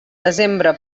desembre